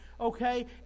okay